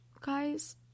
guys